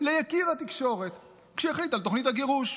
ליקיר התקשורת כשהחליט על תוכנית הגירוש.